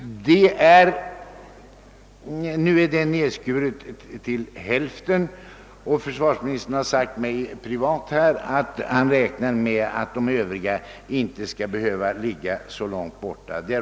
Beställningen har emellertid skurits ned till hälften. Försvarsministern har privat sagt mig att han räknar med att beställningen av de övriga motortorpedbåtarna inte behöver ligga så långt fram i tiden.